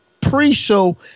pre-show